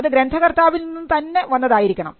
അത് ഗ്രന്ഥകർത്താവിൽ നിന്ന് തന്നെ വന്നതായിരിക്കണം